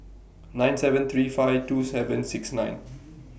nine seven three five two seven six nine